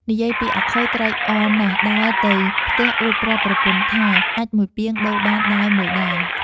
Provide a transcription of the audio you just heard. និយាយពីអាខូចត្រេកអរណាស់ ដើរទៅផ្ទះអួតប្រាប់ ប្រពន្ធថា “អាចម៏មួយពាងដូរបានដាវ១ដែរ ” ។